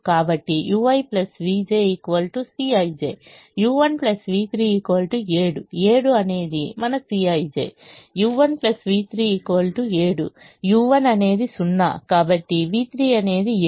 కాబట్టిui vj Cij u1 v3 7 7 అనేది మన Cij u1 v3 7 u1 అనేది 0 కాబట్టి v3 అనేది 7